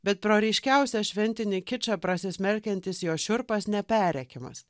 bet pro ryškiausią šventinį kičą prasismerkiantis jos šiurpas neperrėkiamas